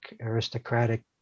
aristocratic